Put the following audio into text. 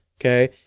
Okay